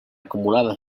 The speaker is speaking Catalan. acumulada